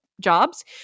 jobs